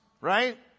Right